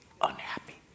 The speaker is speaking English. unhappy